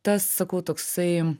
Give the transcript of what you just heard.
tas sakau toksai